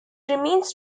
remains